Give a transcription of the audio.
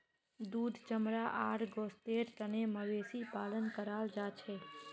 दूध चमड़ा आर गोस्तेर तने मवेशी पालन कराल जाछेक